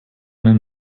eine